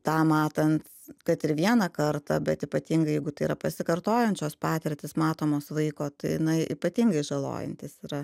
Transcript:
tą matant kad ir vieną kartą bet ypatingai jeigu tai yra pasikartojančios patirtys matomos vaiko tai jinai ypatingai žalojantis yra